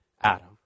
Adam